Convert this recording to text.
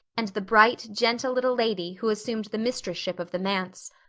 and the bright, gentle little lady who assumed the mistress-ship of the manse.